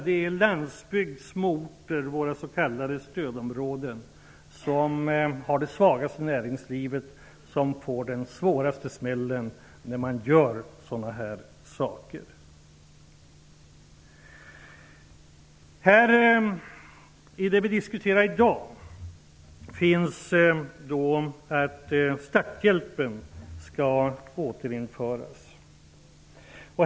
Det är landsbygden, små orter, s.k. stödområden, som har det svagaste näringslivet, som får den hårdaste smällen när man gör sådana här saker. I det förslag vi diskuterar i dag ingår att starthjälpen skall återinföras.